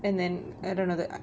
and then I don't know